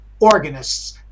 organists